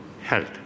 health